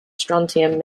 strontium